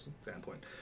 standpoint